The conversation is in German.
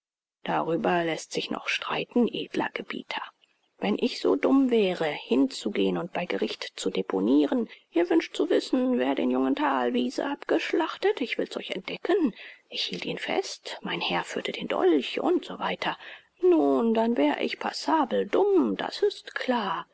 darüber läßt sich noch streiten edler gebieter wenn ich so dumm wäre hinzugehen und bei gericht zu deponiren ihr wünscht zu wissen wer den jungen thalwiese abgeschlachtet ich will's euch entdecken ich hielt ihn fest mein herr führte den dolch und so weiter nun dann wär ich passabel dumm das ist klar